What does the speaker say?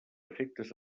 efectes